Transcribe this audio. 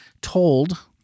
told